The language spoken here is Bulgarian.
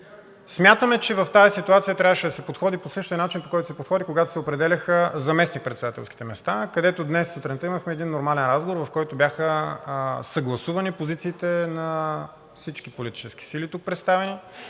смятаме, че в тази ситуация трябваше да се подходи по същия начин, по който се подходи, когато се определяха заместник-председателските места, където днес сутринта имахме един нормален разговор, в който бяха съгласувани позициите на всички политически сили, представени